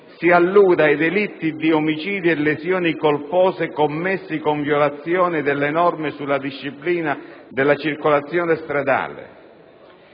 Si allude ai delitti di omicidio e lesioni colpose commessi con violazione delle norme sulla disciplina della circolazione stradale».